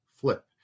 flip